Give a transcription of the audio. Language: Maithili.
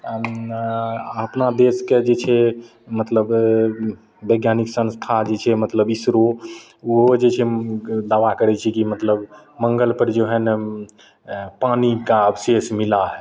अपना देशके जे छै मतलब वैज्ञानिक संस्था आदि छै मतलब इसरो ओहो जे चाय कि मतलब दावा करय छै जे मतलब मङ्गलपर जो है ने पानि का अवशेष मिला है